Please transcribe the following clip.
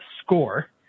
score